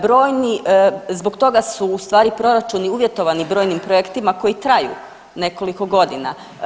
Brojni, zbog toga su ustvari proračuni uvjetovani brojnim projektima koji traju nekoliko godina.